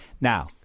Now